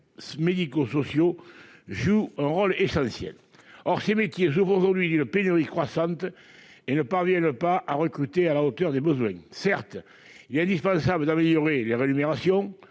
médico-sociaux jouent un rôle essentiel. Or ces métiers souffrent aujourd'hui d'une pénurie croissante et ne parviennent pas à recruter à la hauteur des besoins. Certes, il est indispensable d'améliorer les rémunérations